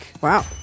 Wow